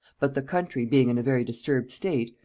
but the country being in a very disturbed state,